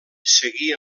seguí